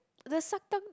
the suck thumb